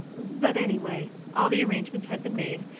but, anyway, all the arrangements had been made,